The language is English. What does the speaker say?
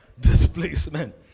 Displacement